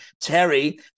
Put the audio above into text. Terry